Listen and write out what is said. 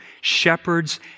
shepherds